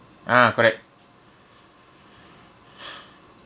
ah correct